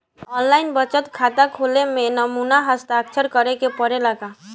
आन line बचत खाता खोले में नमूना हस्ताक्षर करेके पड़ेला का?